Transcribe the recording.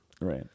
Right